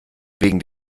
wegen